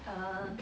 err